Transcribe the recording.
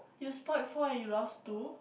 you spoiled four and you lost two